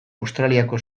australiako